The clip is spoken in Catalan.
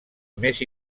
més